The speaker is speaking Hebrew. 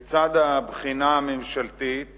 בצד הבחינה הממשלתית